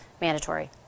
mandatory